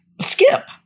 Skip